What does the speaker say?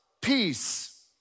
peace